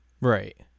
Right